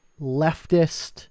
leftist